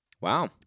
Wow